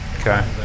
okay